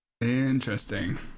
Interesting